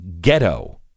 ghetto